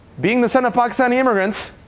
being the son of pakistani immigrants,